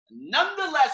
Nonetheless